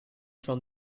from